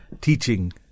teaching